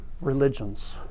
religions